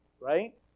right